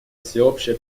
всеобщее